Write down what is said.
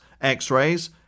x-rays